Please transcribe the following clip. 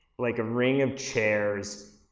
like a ring of chairs,